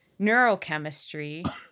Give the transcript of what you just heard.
neurochemistry